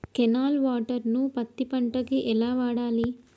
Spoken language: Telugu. కెనాల్ వాటర్ ను పత్తి పంట కి ఎలా వాడాలి?